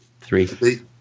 three